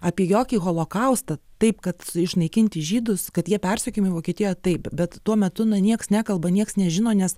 apie jokį holokaustą taip kad išnaikinti žydus kad jie persekiojami vokietijoje taip bet tuo metu na nieks nekalba nieks nežino nes